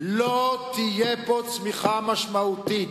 לא תהיה פה צמיחה משמעותית.